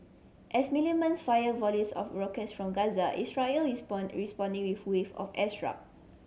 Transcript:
as militants fire volleys of rockets from Gaza Israel is responding with wave of